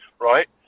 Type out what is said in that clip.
right